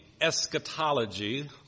eschatology